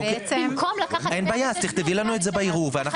במקום לקחת --- ולחלק